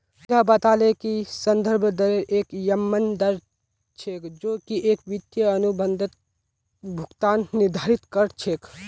पूजा बताले कि संदर्भ दरेर एक यममन दर छेक जो की एक वित्तीय अनुबंधत भुगतान निर्धारित कर छेक